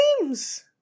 games